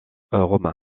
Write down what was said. romain